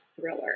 thriller